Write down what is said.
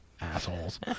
assholes